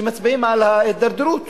שמצביעה על ההידרדרות